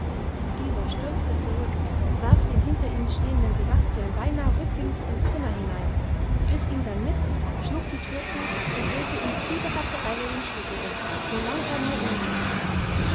dieser stürzte zurück warf den hinter ihm stehenden sebastian beinah rücklings ins zimmer hinein riss ihn dann mit schlug die tür zu und drehte in fieberhafter eile den schlüssel um solang er nur umging